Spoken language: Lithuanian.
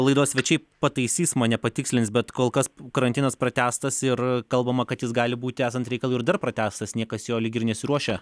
laidos svečiai pataisys mane patikslins bet kol kas karantinas pratęstas ir kalbama kad jis gali būti esant reikalui ir dar pratęstas niekas jo lyg ir nesiruošia